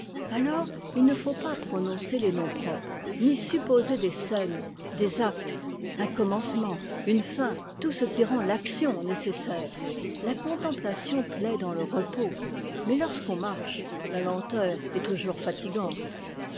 alors il ne faut pas prononcer les noms propres ni supposer des scènes des actes un commencement une cn tout ce qui rend l'action nécessaire la contemplation plaît dans le repos mais lorsqu'on marche la lenteur est toujours fatigante